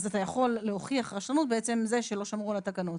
אתה יכול להוכיח רשלנות בעצם זה שלא שמרו על התקנות.